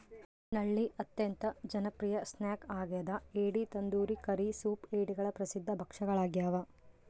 ನಳ್ಳಿ ಅತ್ಯಂತ ಜನಪ್ರಿಯ ಸ್ನ್ಯಾಕ್ ಆಗ್ಯದ ಏಡಿ ತಂದೂರಿ ಕರಿ ಸೂಪ್ ಏಡಿಗಳ ಪ್ರಸಿದ್ಧ ಭಕ್ಷ್ಯಗಳಾಗ್ಯವ